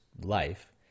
life